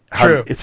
True